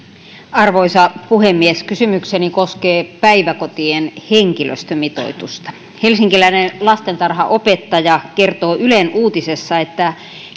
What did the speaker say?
arvoisa puhemies kysymykseni koskee päiväkotien henkilöstömitoitusta helsinkiläinen lastentarhanopettaja kertoi ylen uutisessa että